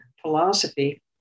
philosophy